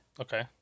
Okay